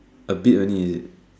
a bit only